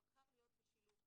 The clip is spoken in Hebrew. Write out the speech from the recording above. הוא בחר להיות בשילוב.